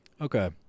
Okay